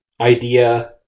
idea